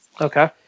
Okay